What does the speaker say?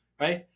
right